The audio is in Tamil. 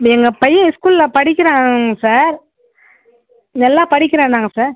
எங்கள் பையன் ஸ்கூல்ல படிக்கிறாங்க சார் எல்லா படிக்கிறானாங்க சார்